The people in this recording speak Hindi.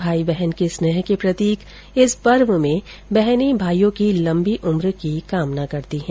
भाई बहन के स्नेह के प्रतीक इस पर्व में बहने भाईयों की लम्बी उम्र की कामना करती हैं